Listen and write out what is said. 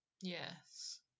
Yes